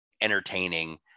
entertaining